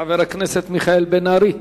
חבר הכנסת מיכאל בן-ארי.